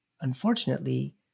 unfortunately